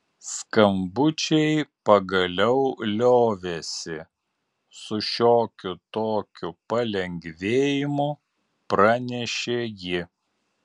skambučiai pagaliau liovėsi su šiokiu tokiu palengvėjimu pranešė ji